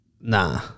Nah